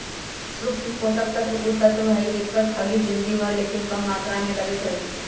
सूक्ष्म पोषक तत्व उ तत्व हइ जेकर खग्गित जिनगी भर लेकिन कम मात्र में लगइत रहै छइ